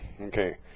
Okay